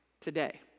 Today